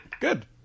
Good